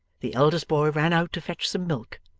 the eldest boy ran out to fetch some milk,